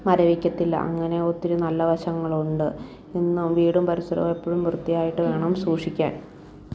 മരവിക്കത്തില്ല അങ്ങിനെ ഒത്തിരി നല്ല വശങ്ങളുണ്ട് വീടും പരിസരവും എപ്പഴും വൃത്തിയായിട്ടുവേണം സൂക്ഷിക്കാൻ